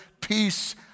peace